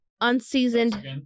unseasoned